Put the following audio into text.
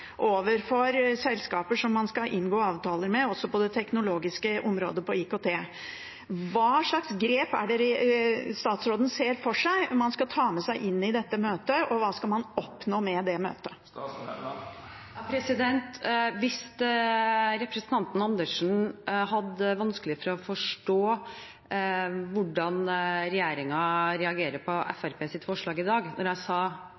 overfor selskaper man skal inngå avtaler med, også på det teknologiske området, på IKT. Hva slags grep ser statsråden for seg at man skal ta med seg inn i dette møtet, og hva skal man oppnå med det møtet? Hvis representanten Andersen hadde vanskelig for å forstå hvordan regjeringen reagerer på Fremskrittspartiets forslag i dag, når jeg